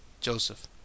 Joseph